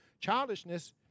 Childishness